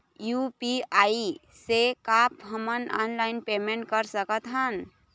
UPI से का हमन ऑनलाइन पेमेंट कर सकत हन?